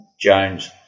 Jones